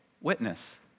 witness